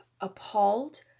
appalled